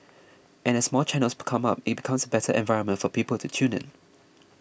and as more channels become up it becomes a better environment for people to tune in